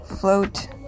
float